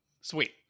Sweet